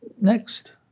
next